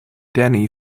dani